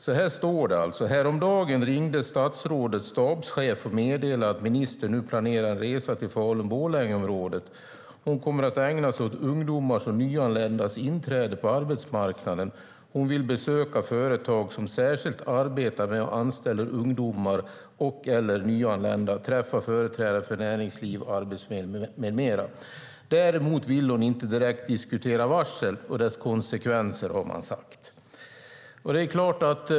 Så här står det: Häromdagen ringde statsrådets stabschef och meddelade att ministern nu planerar en resa till Falun-Borlängeområdet. Hon kommer att ägna sig åt ungdomars och nyanländas inträde på arbetsmarknaden. Hon vill besöka företag som särskilt arbetar med och anställer ungdomar och/eller nyanlända och träffa företrädare för näringsliv, arbetsförmedling med mera. Däremot vill hon inte direkt diskutera varsel och dess konsekvenser, har man sagt.